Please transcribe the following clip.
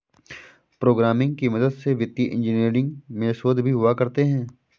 programming की मदद से वित्तीय इन्जीनियरिंग में शोध भी हुआ करते हैं